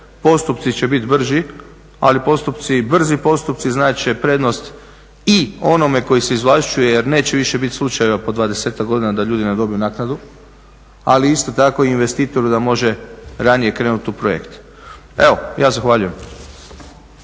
Postupci će bit brži, ali postupci brzi postupci znače prednost i onome koji se izvlašćuje jer neće više biti slučajeva po dvadesetak godina da ljudi ne dobiju naknadu. Ali isto tako i investitoru da može ranije krenuti u projekt. Evo ja zahvaljujem.